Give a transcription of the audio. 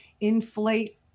inflate